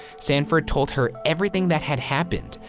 sanford told her everything that had happened,